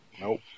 Nope